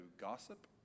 gossip